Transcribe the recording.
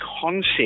concept